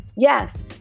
Yes